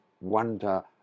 wonder